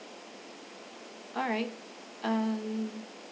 alright um